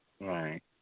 Right